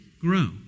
grow